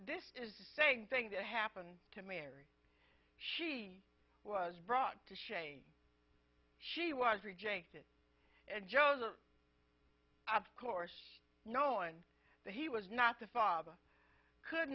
this is the same thing that happened to mary she was brought to shame she was rejected and chosen of course knowing that he was not the father could